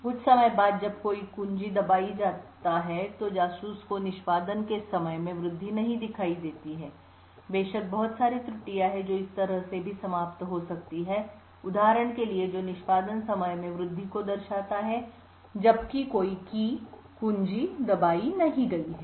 कुछ समय बाद जब कोई कुंजी दबाया जाता है तो जासूस को निष्पादन के समय में वृद्धि नहीं दिखाई देती है बेशक बहुत सारी त्रुटियां हैं जो इस तरह से भी समाप्त हो सकती हैंउदाहरण के लिए जो निष्पादन समय में वृद्धि को दर्शाता है जबकि कोई कुंजी नहीं दबाया गया है